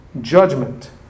judgment